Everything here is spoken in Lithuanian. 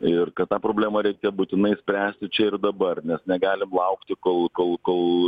ir kad tą problemą reikia būtinai spręsti čia ir dabar mes negalim laukti kol kol kol